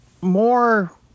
more